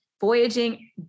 voyaging